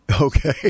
Okay